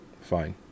Fine